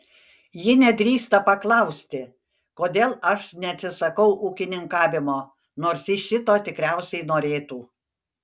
ji nedrįsta paklausti kodėl aš neatsisakau ūkininkavimo nors ji šito tikriausiai norėtų